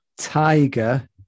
Tiger